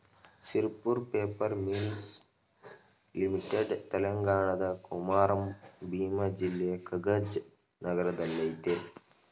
Sirpur paper mills limited ತೆಲಂಗಾಣದ ಕೊಮಾರಂ ಭೀಮ್ ಜಿಲ್ಲೆಯ ಕಗಜ್ ನಗರದಲ್ಲಯ್ತೆ